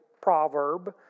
proverb